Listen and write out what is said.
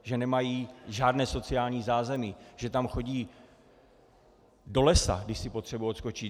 Že nemají žádné sociální zázemí, že tam chodí do lesa, když si potřebují odskočit.